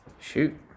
Shoot